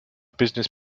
business